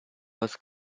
was